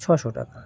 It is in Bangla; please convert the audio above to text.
ছশো টাকা